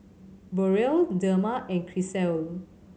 Burrell Dema and Grisel